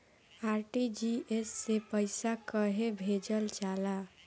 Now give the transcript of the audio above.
RTGS से पइसा कहे भेजल जाला?